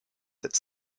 that